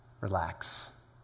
Relax